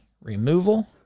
removal